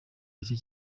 bake